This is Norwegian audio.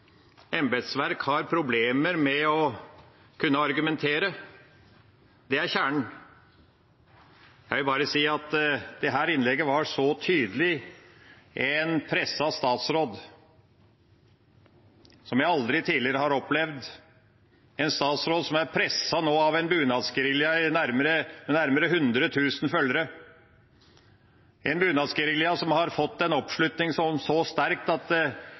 embetsverk har problemer med å kunne argumentere. Det er kjernen. Jeg vil bare si at dette innlegget var så tydelig fra en presset statsråd som jeg aldri tidligere har opplevd det – en statsråd som nå er presset av en bunadsgerilja med nærmere 100 000 følgere, en bunadsgerilja som har fått en oppslutning så sterk at